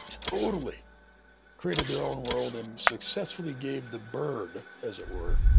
totally created their own world and successfully gave the bird, as it were,